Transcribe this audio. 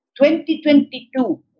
2022